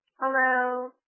Hello